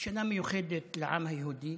היא שנה מיוחדת לעם היהודי,